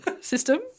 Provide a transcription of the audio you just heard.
system